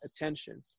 attention